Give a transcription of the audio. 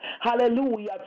hallelujah